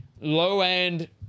low-end